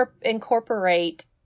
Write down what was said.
incorporate